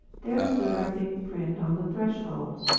there stood our big friend on the threshold,